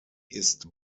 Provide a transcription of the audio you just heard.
ist